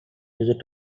used